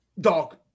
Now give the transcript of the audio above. dog